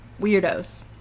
weirdos